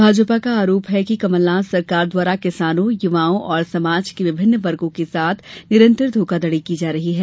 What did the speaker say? भाजपा का आरोप है कि कमलनाथ सरकार द्वारा किसानों युवाओं और समाज के विभिन्न वर्गों के साथ निरंतर धोखाधड़ी की जा रही है